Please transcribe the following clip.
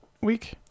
week